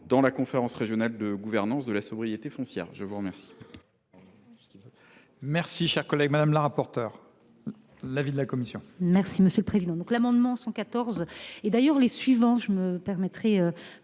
de la conférence régionale de gouvernance de la sobriété foncière. Leur présence